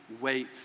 wait